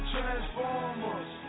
Transformers